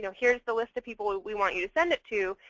you know here's the list of people we want you to send it to.